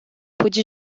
pude